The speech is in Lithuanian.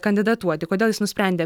kandidatuoti kodėl jis nusprendė